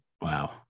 Wow